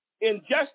injustice